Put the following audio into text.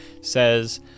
says